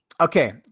Okay